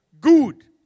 Good